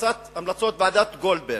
המלצות ועדת-גולדברג,